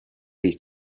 these